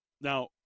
Now